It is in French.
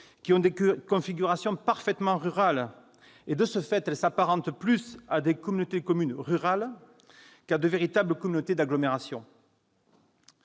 qui ont des configurations parfaitement rurales : elles s'apparentent plus à des communautés de communes « rurales » qu'à de véritables communautés d'agglomération.